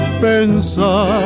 Pensar